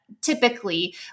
typically